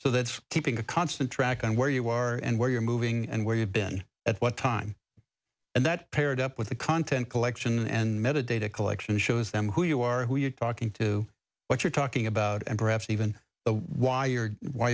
so that keeping a constant track on where you are and where you're moving and where you've been at what time and that paired up with the content collection and metadata collection shows them who you are who you're talking to what you're talking about and perhaps even why you're wh